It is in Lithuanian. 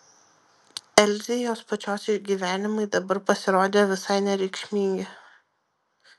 elzei jos pačios išgyvenimai dabar pasirodė visai nereikšmingi